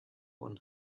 one